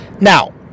Now